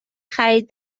خرید